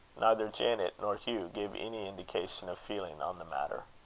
neither janet nor hugh gave any indication of feeling on the matter.